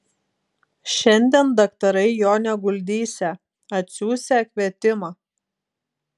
šiandien daktarai jo neguldysią atsiųsią kvietimą